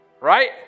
right